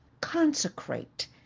consecrate